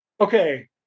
Okay